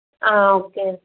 okay